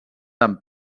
amb